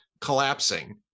collapsing